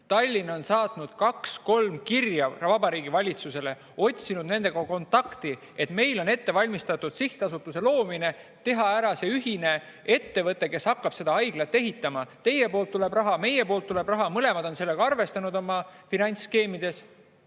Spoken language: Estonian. Tallinn on saatnud 2–3 kirja Vabariigi Valitsusele, otsinud nendega kontakti, et meil on ette valmistatud sihtasutuse loomine, teeme ära selle ühise ettevõtte, kes hakkab seda haiglat ehitama, teie poolt tuleb raha, meie poolt tuleb raha. Mõlemad on sellega arvestanud oma finantsskeemides.